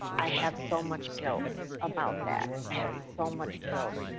i have so much guilt about that. i have so much guilt.